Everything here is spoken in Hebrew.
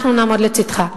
אנחנו נעמוד לצדך.